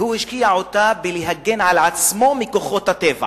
הוא השקיע אותה בלהגן על עצמו מכוחות הטבע